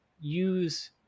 use